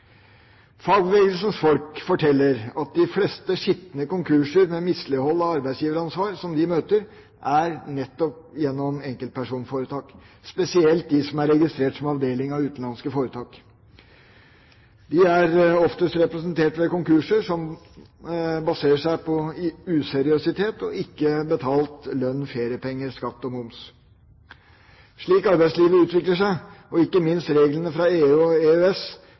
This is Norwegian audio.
Fagbevegelsens folk forteller at de fleste skitne konkurser, med mislighold av arbeidsgiveransvar, som de møter, er nettopp gjennom enkeltpersonforetak, spesielt de som er registrert som norsk avdeling av utenlandsk foretak. De er oftest representert ved konkurser som baserer seg på useriøsitet – ikke utbetalt lønn/feriepenger, ikke betalt skatt/moms. Slik arbeidslivet utvikler seg, og ikke minst reglene fra EU og EØS,